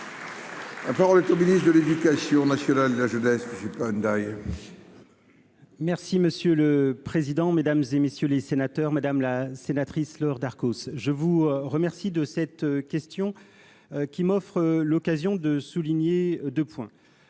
avoir été ministre de l'Éducation nationale de la jeunesse, j'ai pas d'ailleurs. Merci monsieur le président, Mesdames et messieurs les sénateurs, madame la sénatrice Laure Darcos, je vous remercie de cette question qui m'offre l'occasion de souligner 2 points